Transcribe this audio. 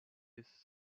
its